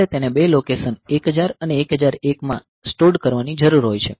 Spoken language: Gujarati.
તમારે તેને બે લોકેશન 1000 અને 1001 માં સ્ટોર્ડ કરવાની જરૂર હોય છે